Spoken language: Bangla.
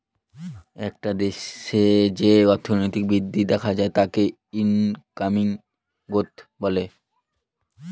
একটা দেশে যে অর্থনৈতিক বৃদ্ধি দেখা যায় তাকে ইকোনমিক গ্রোথ বলে